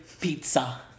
pizza